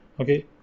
okay